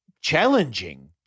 challenging